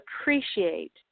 appreciate